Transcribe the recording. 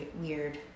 weird